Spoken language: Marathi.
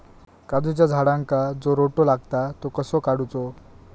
काजूच्या झाडांका जो रोटो लागता तो कसो काडुचो?